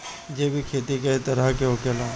जैविक खेती कए तरह के होखेला?